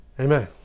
amen